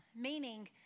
meaning